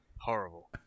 Horrible